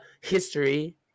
history